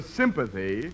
sympathy